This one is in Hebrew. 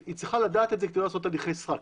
היא צריכה לדעת את זה כדי לא לעשות הליכי סרק,